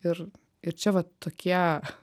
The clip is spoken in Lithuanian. ir ir čia vat tokie